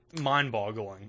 mind-boggling